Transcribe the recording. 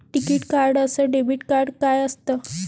टिकीत कार्ड अस debit card काय असत?